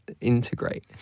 integrate